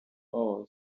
hours